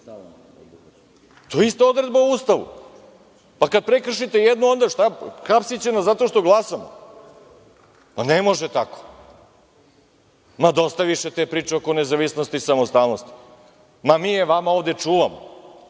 To je isto odredba u Ustavu. Pa, kad prekršite jednu, onda šta, hapsiće nas zato što glasamo? Ne može tako. Dosta više te priče oko nezavisnosti i samostalnosti. Ma, mi je vama ovde čuvamo.